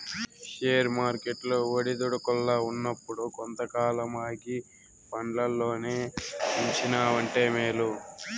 share వర్కెట్లు ఒడిదుడుకుల్ల ఉన్నప్పుడు కొంతకాలం ఆగి పండ్లల్లోనే ఉంచినావంటే మేలు